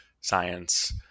science